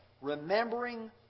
Remembering